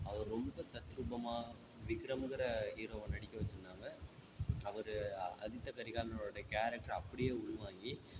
அவர் ரொம்ப தத்ரூபமாக விக்ரமுங்கிற ஹீரோவை நடிக்க வச்சிருந்தாங்க அவர் அ அதித்த கரிகாலனோடய கேரக்டரை அப்படியே உள்வாங்கி